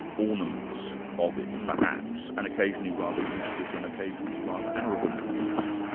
ornaments of it perhaps, and occasionally rather useless and occasionally rather arrogant ornaments.